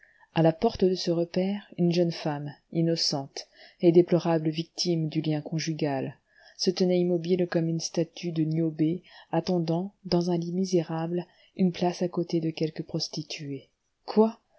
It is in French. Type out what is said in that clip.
à la porte de ce repaire une jeune femme innocente et déplorable victime du lien conjugal se tenait immobile comme une statue de niobé attendant dans un lit misérable une place à côté de quelque prostituée quoi